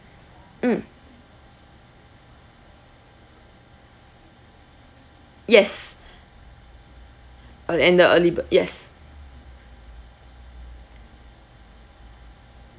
mm yes uh and the early bird yes